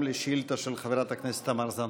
על שאילתה של חברת הכנסת תמר זנדברג.